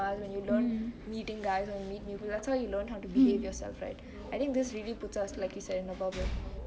and you learn meeting guys and meet new people that's how you learn to behave yourself right I think this really puts us like you said in the bubble